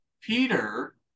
Peter